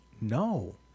No